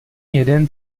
jeden